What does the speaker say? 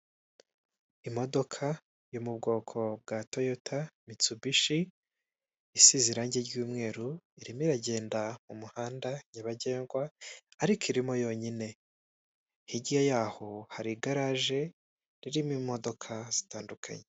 Imodoka yo mu bwoko bwa toyota mitsubishi isize irangi ry'umweru, irimo iragenda mu muhanda nyabagendwa ariko irimo yonyine hirya yaho hari igaraje ririmo imodoka zitandukanye.